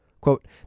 Quote